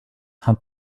hunt